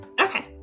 okay